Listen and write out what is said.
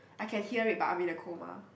I can hear it but I'm in a coma